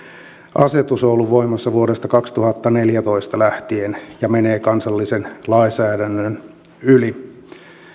asetus on ollut voimassa vuodesta kaksituhattaneljätoista lähtien ja menee kansallisen lainsäädännön yli